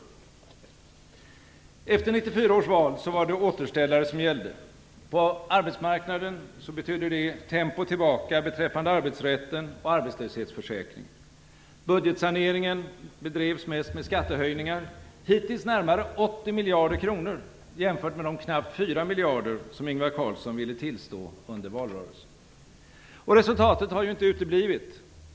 Efter 1994 års val var det återställare som gällde. På arbetsmarknaden betydde det tempo tillbaka beträffande arbetsrätten och arbetslöshetsförsäkringen. - hittills närmare 80 miljarder kronor jämfört med de knappt 4 miljarder som Ingvar Carlsson ville tillstå under valrörelsen. Resultatet har inte uteblivit.